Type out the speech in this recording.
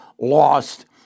lost